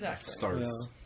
starts